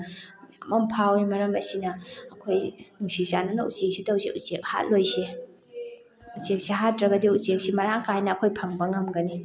ꯃꯌꯥꯝ ꯑꯃ ꯐꯥꯎꯋꯦ ꯃꯔꯝ ꯑꯁꯤꯅ ꯑꯩꯈꯣꯏ ꯅꯨꯡꯁꯤ ꯆꯥꯟꯅꯅ ꯎꯆꯦꯛꯁꯤ ꯇꯧꯁꯤ ꯎꯆꯦꯛ ꯍꯥꯠꯂꯣꯏꯁꯤ ꯎꯆꯦꯛꯁꯤ ꯍꯥꯠꯇ꯭ꯔꯒꯗꯤ ꯎꯆꯦꯛꯁꯤ ꯃꯔꯥꯡ ꯀꯥꯏꯅ ꯑꯩꯈꯣꯏ ꯐꯪꯕ ꯉꯝꯒꯅꯤ